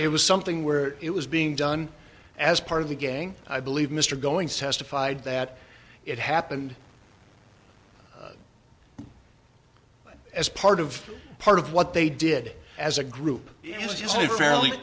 it was something where it was being done as part of the gang i believe mr going to testified that it happened as part of part of what they did as a group it is a fairly